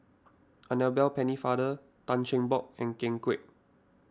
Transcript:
Annabel Pennefather Tan Cheng Bock and Ken Kwek